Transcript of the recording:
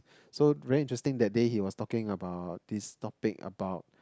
so very interesting that day he was talking about this topic about